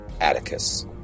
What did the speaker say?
Atticus